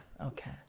Okay